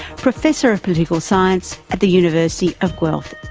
professor of political science at the university of guelph.